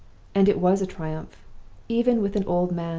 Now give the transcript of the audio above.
and it was a triumph even with an old man!